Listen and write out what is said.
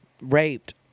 raped